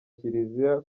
kiliziya